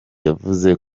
yavuze